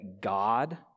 God